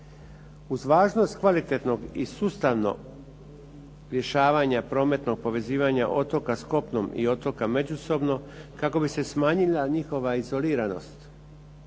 Uz važnost kvalitetnog i sustavnog rješavanja prometnog povezivanja otoka s kopnom i otoka međusobno, kako bi se smanjila njihova izoliranost,